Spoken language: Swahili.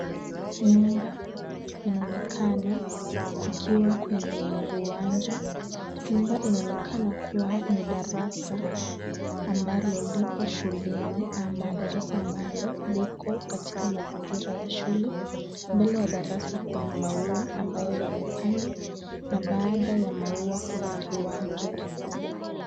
Nyumba inaonekana ikiwa kwenye uwanja. Nyumba inaonekana kuwa ni darasa ambalo lipo shuleni ama darasa ambalo liko katika mazingira ya shule. Mbele ya darasa kuna maua ambayo yamepandwa na baada ya maua kuna kiwanja kikubwa.